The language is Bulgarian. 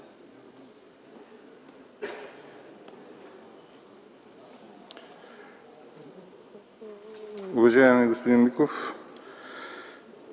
Уважаеми господин Миков!